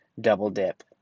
double-dip